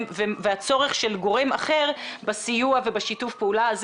והצורך של גורם אחר בסיוע ובשיתוף הפעולה הזה,